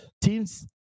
teams